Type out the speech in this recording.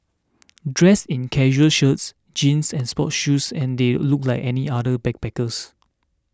dressed in casual shirts jeans and sports shoes they looked like any other backpacker